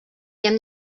hem